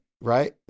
Right